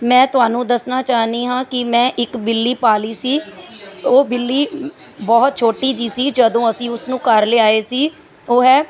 ਮੈਂ ਤੁਹਾਨੂੰ ਦੱਸਣਾ ਚਾਹੁੰਦੀ ਹਾਂ ਕਿ ਮੈਂ ਇੱਕ ਬਿੱਲੀ ਪਾਲੀ ਸੀ ਉਹ ਬਿੱਲੀ ਬਹੁਤ ਛੋਟੀ ਜਿਹੀ ਸੀ ਜਦੋਂ ਅਸੀਂ ਉਸਨੂੰ ਘਰ ਲਿਆਏ ਸੀ ਉਹ ਹੈ